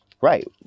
Right